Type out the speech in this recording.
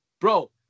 Bro